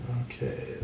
Okay